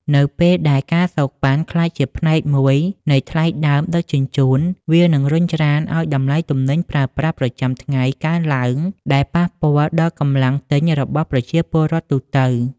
នៅពេលដែល ការសូកប៉ាន់ ក្លាយជាផ្នែកមួយនៃថ្លៃដើមដឹកជញ្ជូន វានឹងរុញច្រានឱ្យតម្លៃទំនិញប្រើប្រាស់ប្រចាំថ្ងៃកើនឡើង ដែលប៉ះពាល់ដល់កម្លាំងទិញរបស់ប្រជាពលរដ្ឋទូទៅ។